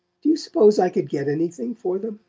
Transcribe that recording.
do you suppose i could get anything for them?